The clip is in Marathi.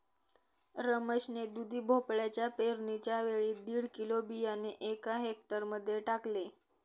रमेश ने दुधी भोपळ्याच्या पेरणीच्या वेळी दीड किलो बियाणे एका हेक्टर मध्ये टाकले